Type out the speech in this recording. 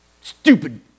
Stupid